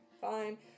Fine